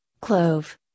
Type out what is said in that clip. clove